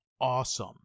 awesome